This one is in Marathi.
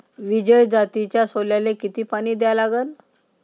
विजय जातीच्या सोल्याले किती पानी द्या लागन?